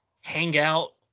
Hangout